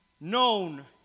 known